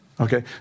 Okay